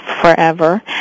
forever